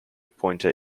pointer